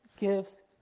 Gifts